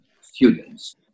students